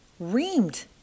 reamed